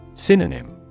Synonym